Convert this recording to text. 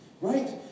right